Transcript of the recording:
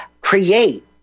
create